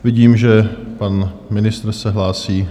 Vidím, že pan ministr se hlásí.